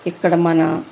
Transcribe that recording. ఇక్కడ మన